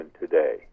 today